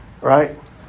Right